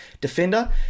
defender